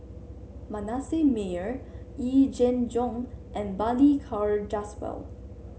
Manasseh Meyer Yee Jenn Jong and Balli Kaur Jaswal